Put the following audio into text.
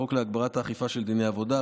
48. חוק להגברת האכיפה של דיני העבודה,